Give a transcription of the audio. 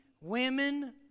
women